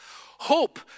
Hope